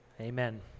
Amen